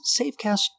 Safecast